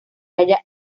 halla